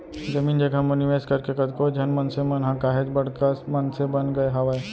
जमीन जघा म निवेस करके कतको झन मनसे मन ह काहेच बड़का मनसे बन गय हावय